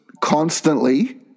constantly